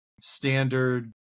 standard